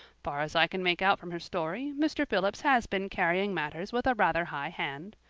far as i can make out from her story, mr. phillips has been carrying matters with a rather high hand.